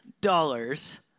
dollars